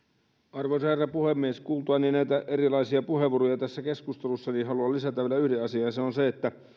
arvoisa herra puhemies kuultuani näitä erilaisia puheenvuoroja tässä keskustelussa haluan lisätä vielä yhden asian ja se on se että